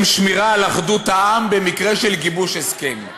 שמירה על אחדות העם במקרה של גיבוש הסכם.